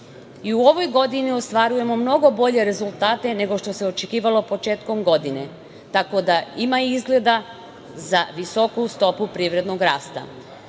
u ovoj godini ostvarujemo mnogo bolje rezultate nego što se očekivalo početkom godine, tako da ima izgleda za visoku stopu privrednog rasta.